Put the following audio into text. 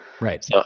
Right